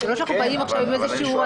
זה לא שאנחנו באים עם איזשהו חוק מקיף.